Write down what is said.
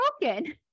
broken